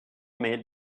made